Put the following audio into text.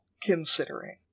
considering